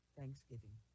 Thanksgiving